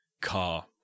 car